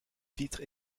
vitres